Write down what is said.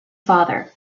father